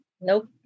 Nope